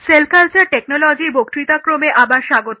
sell culture টেকনোলজির বক্তৃতাক্রমে আবার স্বাগত